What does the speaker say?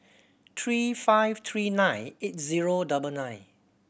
three five three nine eight zero double nine